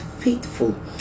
faithful